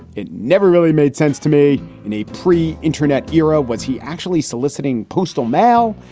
it never really made sense to me in a pre internet era. was he actually soliciting postal mail?